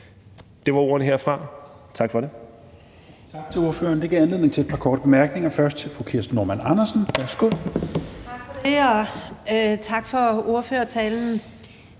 Det var ordene herfra. Tak. Kl.